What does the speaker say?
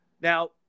Now